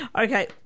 Okay